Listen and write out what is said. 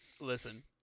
Listen